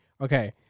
okay